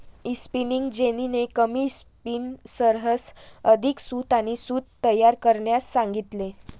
spinning जेनीने कमी स्पिनर्ससह अधिक सूत आणि सूत तयार करण्यास सांगितले